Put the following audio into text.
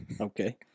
Okay